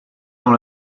dans